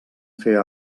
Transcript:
fer